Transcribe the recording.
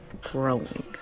growing